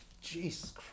Jesus